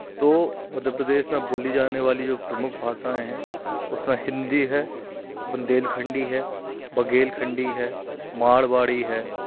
तो मध्य प्रदेश में बोली जाने वाली जो प्रमुख भाषाएं हैं उसमें हिंदी है बुंदेलखंडी है बगेलखंडी है मारवाड़ी है